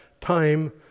time